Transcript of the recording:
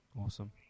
awesome